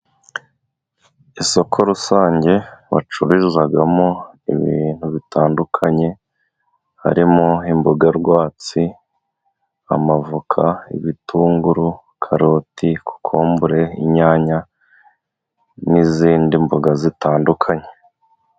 Isoko rusange bacururizamo ibintu bitandukanye harimo imboga rwatsi, amavuka ,ibitunguru, karoti, kokombure, inyanya n'izindi mboga zitandukanye.